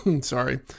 sorry